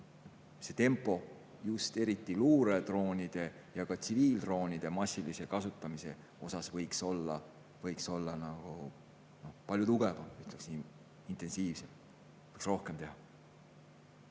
Aga tempo, just eriti luuredroonide ja tsiviildroonide massilise kasutamise puhul, võiks olla palju tugevam, ütleksin, intensiivsem. Võiks rohkem teha.